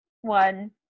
one